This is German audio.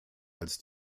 als